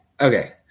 Okay